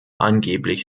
angeblich